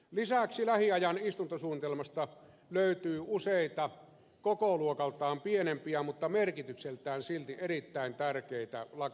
lisäksi lähiajan istuntosuunnitelmasta löytyy useita kokoluokaltaan pienempiä mutta merkitykseltään silti erittäin tärkeitä lakihankkeita